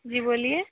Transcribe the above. जी बोलिए